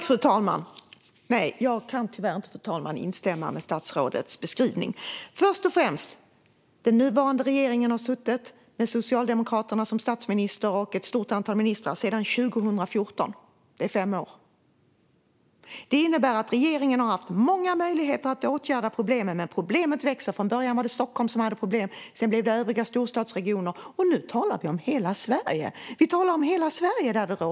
Fru talman! Nej, jag kan tyvärr inte instämma med statsrådets beskrivning. Först och främst har den nuvarande regeringen, med en socialdemokratisk statsminister och ett stort antal socialdemokratiska ministrar, suttit sedan 2014 - det är fem år. Det innebär att regeringen har haft många möjligheter att åtgärda problemet, som dock ändå växer. Från början var det Stockholm som hade problem. Sedan blev det övriga storstadsregioner, och nu råder det brist på bostäder i hela Sverige.